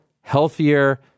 healthier